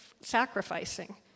sacrificing